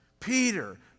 Peter